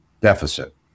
deficit